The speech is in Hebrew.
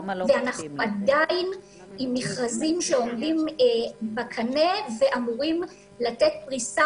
ואנחנו עדיין עם מכרזים שעומדים בקנה ואמורים לתת פריסה